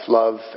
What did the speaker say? love